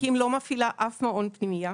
אקי"ם לא מפעילה אף מעון פנימייה,